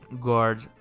guard